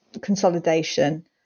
consolidation